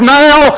now